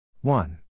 One